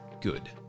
good